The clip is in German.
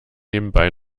nebenbei